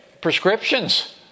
Prescriptions